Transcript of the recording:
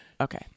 okay